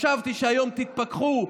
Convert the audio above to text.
חשבתי שהיום תתפכחו,